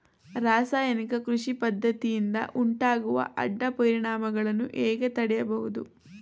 ರಾಸಾಯನಿಕ ಕೃಷಿ ಪದ್ದತಿಯಿಂದ ಉಂಟಾಗುವ ಅಡ್ಡ ಪರಿಣಾಮಗಳನ್ನು ಹೇಗೆ ತಡೆಯಬಹುದು?